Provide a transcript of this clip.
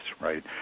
right